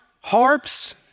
harps